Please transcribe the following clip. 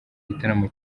gitaramo